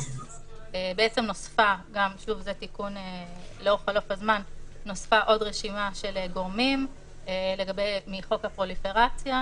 לאור חלוף הזמן נוספה רשימה של גורמים מחוק הפוליפרציה,